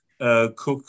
cook